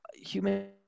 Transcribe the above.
human